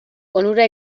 onura